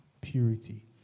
purity